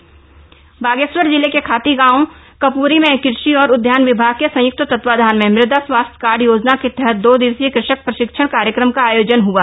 मुदा स्वास्थ्य कार्ड बागेश्वर जिले के खातीगांव कप्री में कृषि और उदयान विभाग के संयुक्त तत्वावधान में मृदा स्वास्थ्य कार्ड योजना के तहत दो दिवसीय कृषक प्रशिक्षण कार्यक्रम का आयोजन हआ